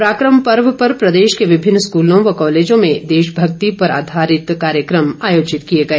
पराक्रम पर्व पर प्रदेश के विभिन्न स्कूलों व कॉलेजों में देशभक्ति पर आधारित कार्यक्रम आयोजित किए गए